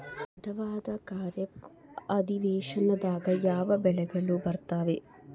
ತಡವಾದ ಖಾರೇಫ್ ಅಧಿವೇಶನದಾಗ ಯಾವ ಬೆಳೆಗಳು ಬರ್ತಾವೆ?